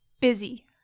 busy